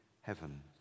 heaven